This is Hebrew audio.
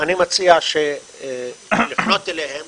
אני מציע לפנות אליהם